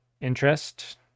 interest